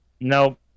No